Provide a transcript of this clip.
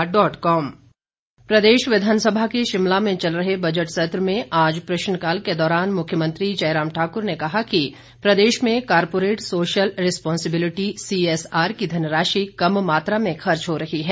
प्रश्नकाल प्रदेश विधानसभा के शिमला में चल रहे बजट सत्र में आज प्रश्नकाल के दौरान मुख्यमंत्री जयराम ठाक्र ने कहा कि प्रदेश में कारपोरेट सोशल रिस्पांसीबिल्टी सीएसआर की धनराशि कम मात्रा में खर्च हो रही है